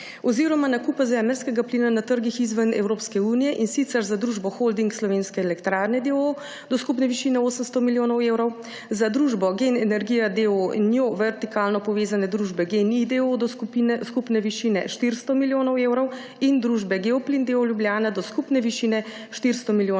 oziroma nakupa zemeljskega plina na trgih izven Evropske unije, in sicer za družbo Holding Slovenske elektrarne, d. o. o, do skupne višine 800 milijonov evrov, za družbo GEN energija, d. o. o, in njo vertikalno povezane družbe GEN-I, d. o. o., do skupine skupne višine 400 milijonov evrov in družbe Geoplin, d. o. o., Ljubljana, do skupne višine 400 milijonov evrov.